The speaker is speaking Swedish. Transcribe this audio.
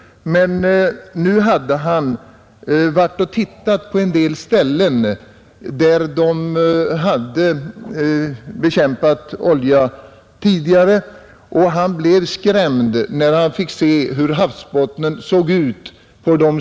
Nu hade han varit och tittat på några av de platser där oljebekämpning utförts, och han hade blivit skrämd när han fått se hur havsbottnen såg ut.